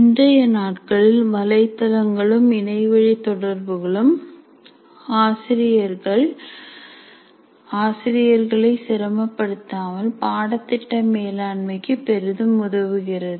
இன்றைய நாட்களில் வலைதளங்களும் இணையவழி தொடர்புகளும் ஆசிரியர்களை சிரமப் படுத்தாமல் பாடத்திட்ட மேலாண்மைக்கு பெரிதும் உதவுகிறது